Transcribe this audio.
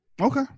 Okay